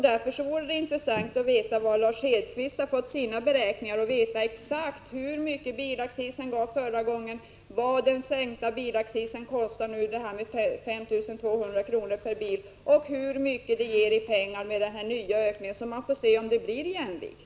Därför vore det intressant att få veta varifrån Lars Hedfors har fått sina beräkningar. Det vore också intressant att få veta exakt hur mycket bilaccishöjningen gav förra gången, vad den nu föreslagna sänkta bilaccisen kostar — det talades om 5 200 kr. per bil — och hur mycket den nya höjningen ger. Då kan man avgöra om det blir jämvikt.